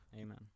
Amen